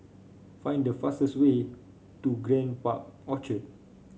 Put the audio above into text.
find the fastest way to Grand Park Orchard